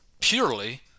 purely